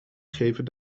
geven